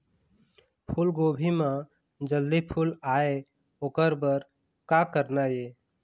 फूलगोभी म जल्दी फूल आय ओकर बर का करना ये?